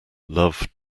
love